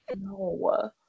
No